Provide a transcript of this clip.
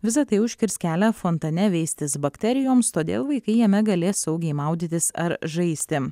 visa tai užkirs kelią fontane veistis bakterijoms todėl vaikai jame galės saugiai maudytis ar žaisti